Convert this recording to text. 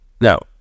Now